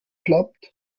klappt